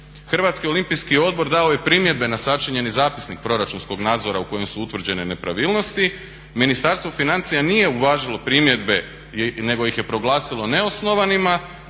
od 2010.do 2013. HOO dao je primjedbe na sačinjeni zapisnik proračunskog nadzora u kojem su utvrđene nepravilnosti. Ministarstvo financija nije uvažilo primjedbe nego ih je proglasilo neosnovanima